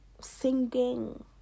Singing